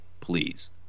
please